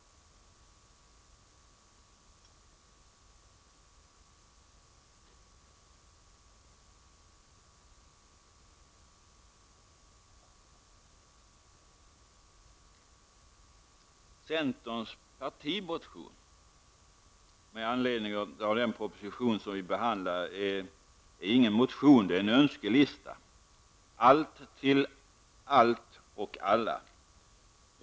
Centerns partimotion med anledning av den proposition vi behandlat är ingen motion. Det är en önskelista. Allt till allt och alla!